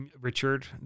Richard